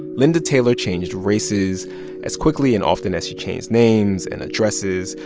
linda taylor changed races as quickly and often as she changed names and addresses,